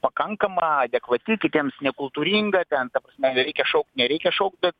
pakankama adekvati kitiems nekultūringa ten ta prasme reikia šaukt nereikia šaukt bet